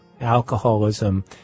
alcoholism